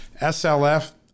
SLF